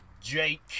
Jake